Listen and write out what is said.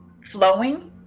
flowing